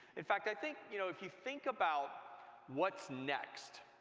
in fact, i think you know if you think about what's next,